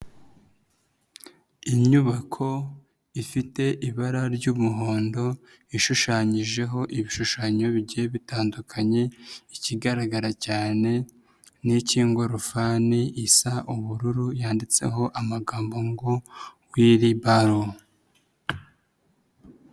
Inyubako ifite ibara ry'umuhondo ishushanyijeho ibishushanyo bigiye bitandukanye, ikigaragara cyane n'icy'ingorofani isa ubururu yanditseho amagambo ngo wiribaro.